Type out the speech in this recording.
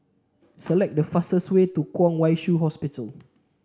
select the fastest way to Kwong Wai Shiu Hospital